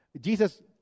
Jesus